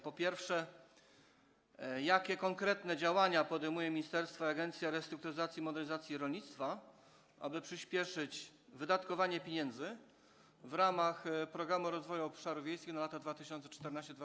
Po pierwsze, jakie konkretne działania podejmują ministerstwo i Agencja Restrukturyzacji i Modernizacji Rolnictwa, aby przyspieszyć wydatkowanie pieniędzy w ramach Programu Rozwoju Obszarów Wiejskich na lata 2014–2020?